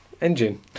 Engine